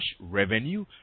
revenue